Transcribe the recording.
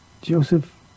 Joseph